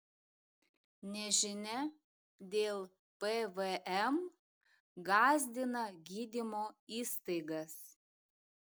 nežinia dėl pvm gąsdina gydymo įstaigas